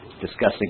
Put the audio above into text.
discussing